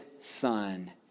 son